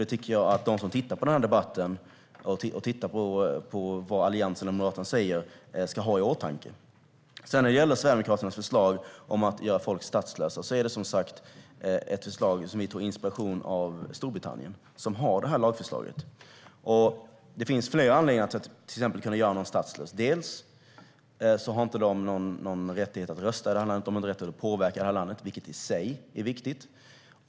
Det tycker jag att de som tittar på debatten och hör vad Alliansen och Moderaterna säger ska ha i åtanke. När det gäller Sverigedemokraternas förslag om att göra folk statslösa är det som sagt ett förslag där vi hämtat inspiration från Storbritannien. Där finns detta lagförslag. Det finns flera anledningar till att vi vill kunna göra någon statslös. Bland annat har personen då ingen rättighet att rösta och påverka i det här landet, vilket i sig är viktigt.